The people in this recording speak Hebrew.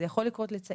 זה יכול להיות לצעיר,